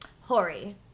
Hori